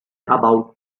about